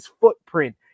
footprint